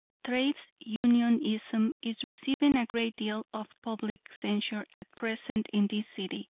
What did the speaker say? trades unionism is receiving a great deal of public censure at present in this city,